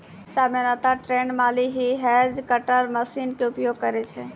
सामान्यतया ट्रेंड माली हीं हेज कटर मशीन के उपयोग करै छै